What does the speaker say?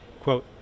Quote